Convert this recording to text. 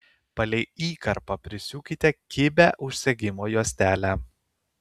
palei įkarpą prisiūkite kibią užsegimo juostelę